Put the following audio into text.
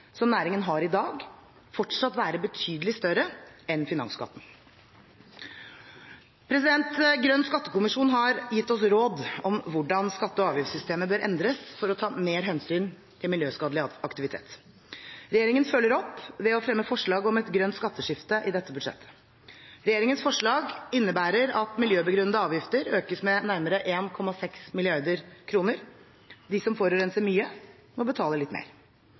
næringen har i dag, fortsatt være betydelig større enn finansskatten. Grønn skattekommisjon har gitt oss råd om hvordan skatte- og avgiftssystemet bør endres for å ta mer hensyn til miljøskadelig aktivitet. Regjeringen følger opp ved å fremme forslag om et grønt skatteskifte i dette budsjettet. Regjeringens forslag innebærer at miljøbegrunnede avgifter økes med nærmere 1,6 mrd. kr. De som forurenser mye, må betale litt mer.